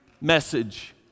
message